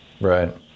Right